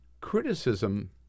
criticism